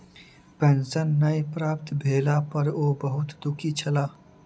pension नै प्राप्त भेला पर ओ बहुत दुःखी छला